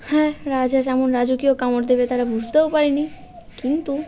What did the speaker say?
হ্যাঁ রাজহাঁস এমন রাজকীয় কামড় দেবে তারা বুঝতেও পারেনি কিন্তু